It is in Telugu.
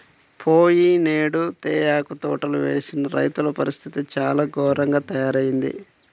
పోయినేడు తేయాకు తోటలు వేసిన రైతుల పరిస్థితి చాలా ఘోరంగా తయ్యారయింది